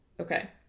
okay